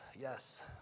yes